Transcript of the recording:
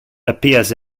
appears